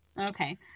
Okay